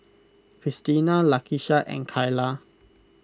Cristina Lakisha and Kyla